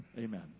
Amen